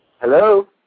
Hello